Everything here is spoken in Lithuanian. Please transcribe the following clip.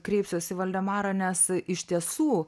kreipsiuos į valdemarą nes iš tiesų